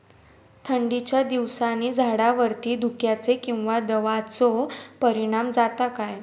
थंडीच्या दिवसानी झाडावरती धुक्याचे किंवा दवाचो परिणाम जाता काय?